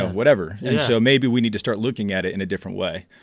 whatever yeah so maybe we need to start looking at it in a different way.